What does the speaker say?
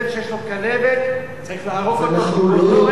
כלב שיש לו כלבת, צריך להרוג אותו באותו רגע.